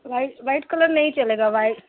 white white colour नहीं चलेगा Y